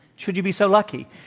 should you be so lucky,